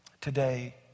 today